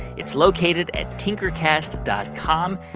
it's located at tinkercast dot com,